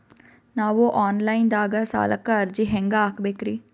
ನಾವು online ದಾಗ ಸಾಲಕ್ಕ ಅರ್ಜಿ ಹೆಂಗ ಹಾಕಬೇಕ್ರಿ?